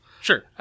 Sure